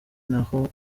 naho